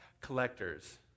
collectors